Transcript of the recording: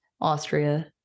Austria